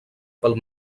pel